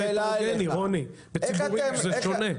אלו ציבורים קצת שונים.